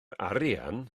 arian